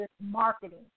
marketing